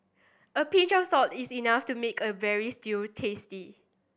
a pinch of salt is enough to make a veal stew tasty